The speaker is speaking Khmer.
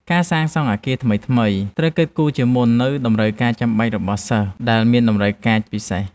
រាល់ការសាងសង់អគារសិក្សាថ្មីៗត្រូវតែគិតគូរជាមុននូវតម្រូវការចាំបាច់របស់សិស្សដែលមានតម្រូវការពិសេស។